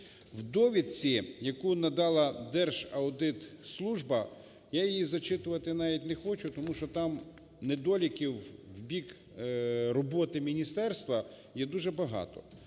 В довідці, яку надала Держаудитслужба, я її зачитувати навіть не хочу, тому що там недоліків в бік роботи міністерства є дуже багато.